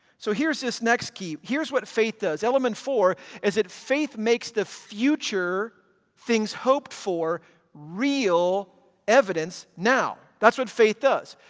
so here's this next key. here's what faith does. element four is that faith makes the future things hoped for real evidence now. that's what faith does.